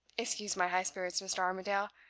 excuse my high spirits, mr. armadale.